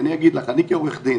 אני כעורך דין